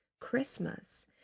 Christmas